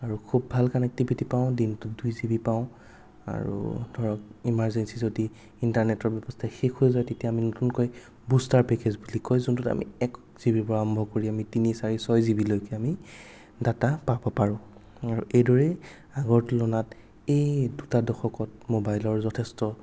আৰু খুব ভাল কানেকটিভিটী পাওঁ দিনটোত দুই জি বি পাওঁ আৰু ধৰক ইমাৰজেন্সি যদি ইন্টাৰনেটৰ ব্যৱস্থা শেষ হৈ যায় তেতিয়া আমি নতুনকৈ বুষ্টাৰ পেকেজ বুলি কয় যোনটোত আমি এক জি বিৰ পৰা আৰম্ভ কৰি আমি তিনি চাৰি ছয় জি বিলৈকে আমি ডাটা পাব পাৰোঁ আৰু এইদৰে আগৰ তুলনাত এই দুটা দশকত ম'বাইলৰ যথেষ্ট